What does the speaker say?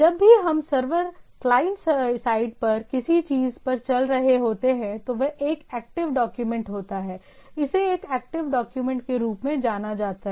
जब भी हम सर्वर क्लाइंट साइड पर किसी चीज पर चल रहे होते हैं तो वह एक एक्टिव डॉक्यूमेंट होता है इसे एक एक्टिव डॉक्यूमेंट के रूप में जाना जाता है